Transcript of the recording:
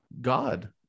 God